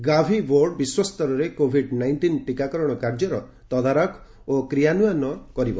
Gavi board ବିଶ୍ୱସ୍ତରରେ Covid nineteen ଟୀକାକରଣ କାର୍ଯ୍ୟର ତଦାରଖ ଓ କ୍ରିୟାନ୍ୱୟନ କରିବ